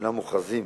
שאינם מוכרזים,